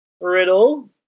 Riddle